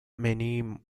many